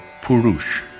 purush